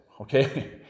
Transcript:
Okay